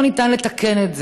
לא ניתן לתקן את זה.